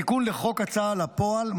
בתיקון לחוק ההוצאה לפועל,